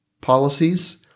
policies